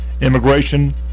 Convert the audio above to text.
Immigration